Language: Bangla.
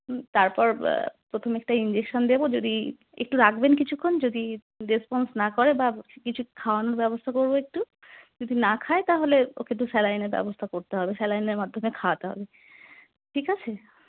তারপর প্রথমে একটা ইনজেকশান দেবো যদি একটু রাখবেন কিছুক্ষণ যদি রেসপন্স না করে বা কিছু খাওয়ানোর ব্যবস্থা করবো একটু যদি না খায় তাহলে ওকে একটু স্যালাইনের ব্যবস্থা করতে হবে স্যালাইনের মাধ্যমে খাওয়াতে হবে ঠিক আছে